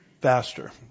faster